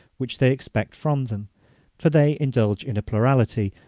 which they expect from them for they indulge in a plurality,